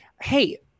Hey